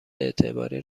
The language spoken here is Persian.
اعتباری